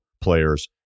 players